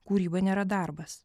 kūryba nėra darbas